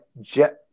jet